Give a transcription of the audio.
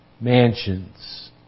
mansions